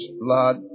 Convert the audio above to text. blood